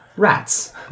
Rats